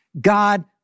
God